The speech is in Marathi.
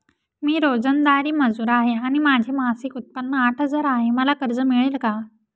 मी रोजंदारी मजूर आहे आणि माझे मासिक उत्त्पन्न आठ हजार आहे, मला कर्ज मिळेल का?